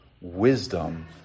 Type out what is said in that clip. wisdom